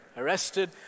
arrested